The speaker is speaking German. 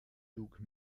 dog